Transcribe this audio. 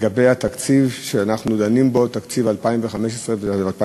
לגבי התקציב שאנחנו דנים בו, תקציב 2015 ו-2016.